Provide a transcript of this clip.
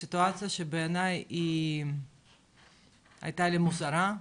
בסיטואציה שבעיניי היא הייתה לי מוזרה,